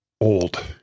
old